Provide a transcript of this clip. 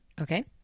Okay